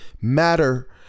matter